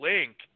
Link